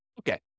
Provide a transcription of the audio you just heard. Okay